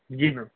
جی میم